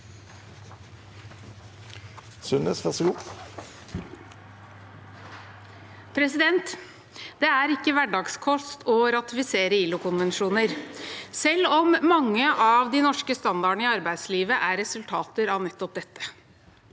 Det er ikke hver- dagskost å ratifisere ILO-konvensjoner, selv om mange av de norske standardene i arbeidslivet er et resultat av nettopp dette.